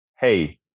Hey